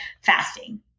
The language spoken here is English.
fasting